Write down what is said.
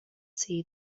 see